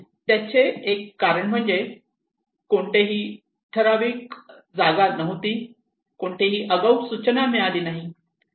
त्याचे एक कारण म्हणजे कोणतेही ठरावीक जागा नव्हते कोणतीही आगाऊ सूचना मिळाले नाही